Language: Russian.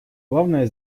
главное